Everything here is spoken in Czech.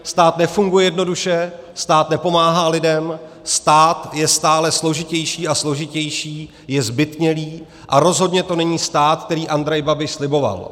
Stát nefunguje jednoduše, stát nepomáhá lidem, stát je stále složitější a složitější, je zbytnělý a rozhodně to není stát, který Andrej Babiš sliboval.